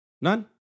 None